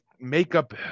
makeup